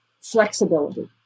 flexibility